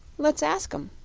let's ask em.